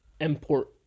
import